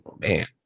Man